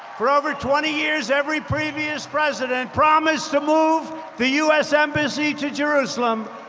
for over twenty years, every previous president promised to move the u s. embassy to jerusalem.